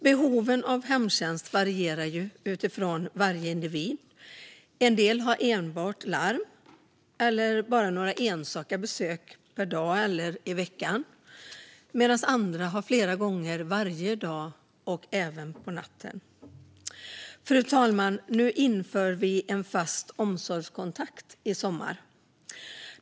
Behoven av hemtjänst varierar utifrån varje individ. En del har enbart larm eller bara några enstaka besök per dag eller i veckan. Andra har besök flera gånger varje dag och även på natten. Fru talman! Nu inför vi en fast omsorgskontakt i sommar.